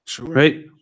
right